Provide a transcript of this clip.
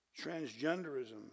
Transgenderism